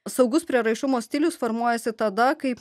saugus prieraišumo stilius formuojasi tada kai